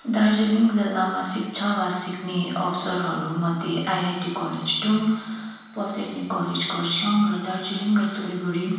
दार्जिलिङ जिल्लामा शिक्षा वा सिक्ने अवसरहरूमध्ये IIT college Tung polytechnic college Kurseong Darjeeling र सिलगढी